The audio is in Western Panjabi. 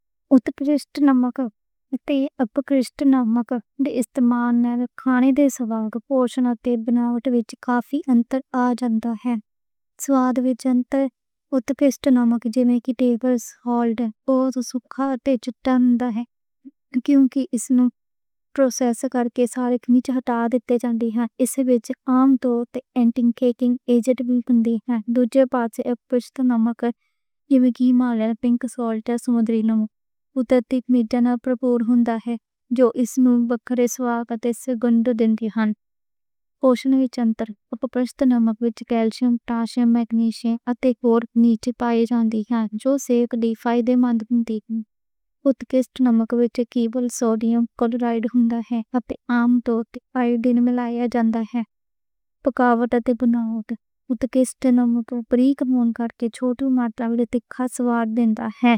تے بریک نمک تے موٹا نمک دے استعمال نال کھانے دے سواد، خوشبو تے بناوٹ وچ کافی فرق آ جاندا ہے۔ سواد وچ فرق، بریک نمک جیویں کہ ٹیبل سالٹ، اوہ زیادہ پروسیس ہوندا ہے۔ کیونکہ اس نوں پروسیس کرکے سارے کیمیکلز ہٹا دتے جان دے نیں۔ اس وچ عام طور تے اینٹی کیکنگ ایجنٹس وی شامل ہندے نیں۔ دوجھے پاسے موٹا نمک جیویں کہ ہمالیئن پنک سالٹ یا سمندری نمک قدرتی معدنیات نال پرپور ہوندا ہے۔ جو اس نوں بکھرا سواد تے صحت دے فائدے دن دے نیں۔ نیوٹریشن وچ موٹے نمک وچ کیلشیم، پوٹاشیم، میگنیشیم اتے قدرتی معدنیات لبھدے نیں۔ جو صحت لئی فائدہ مند ہندے نیں۔ ویسے وی بریک نمک وچ صرف سوڈیم کلورائیڈ ہوندا ہے۔ اتے پکوان وچ ملانے لئی چنگا ہے۔ قدرتی بناوٹ، بریک نمک باریک ہون کرکے چھوٹی مقدار وچ چٹخا سواد دیندا ہے۔